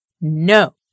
No